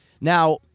Now